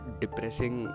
depressing